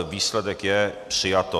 Výsledek je přijato.